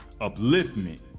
upliftment